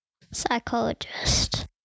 Psychologist